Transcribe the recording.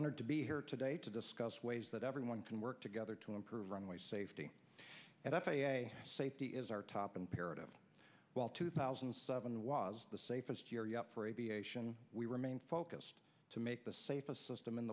honored to be here today to discuss ways that everyone can work together to improve runway safety and f a a safety is our top imperative while two thousand and seven was the safest year yet for aviation we remain focused to make the safest system in